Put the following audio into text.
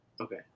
Okay